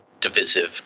divisive